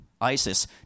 ISIS